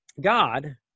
God